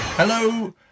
Hello